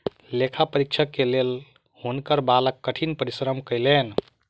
लेखा परीक्षक के लेल हुनकर बालक कठिन परिश्रम कयलैन